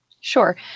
Sure